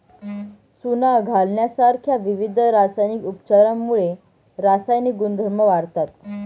चुना घालण्यासारख्या विविध रासायनिक उपचारांमुळे रासायनिक गुणधर्म वाढतात